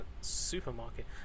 Supermarket